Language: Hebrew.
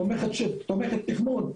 תומכת תכנון.